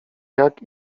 jak